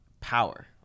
power